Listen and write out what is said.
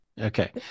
Okay